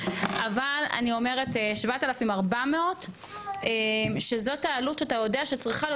אבל אני אומרת 7,400 ₪ שזאת העלות שאתה יודע שצריכה להיות